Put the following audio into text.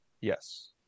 Yes